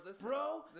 bro